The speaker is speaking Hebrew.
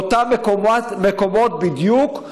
באותם מקומות בדיוק,